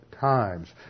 times